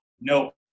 Nope